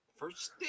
First